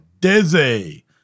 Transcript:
dizzy